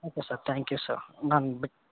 okay sir thank you sir ನನ್ನ ಬಿಟ್ಟು